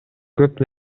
көп